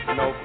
no